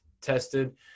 tested